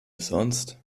sonst